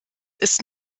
ist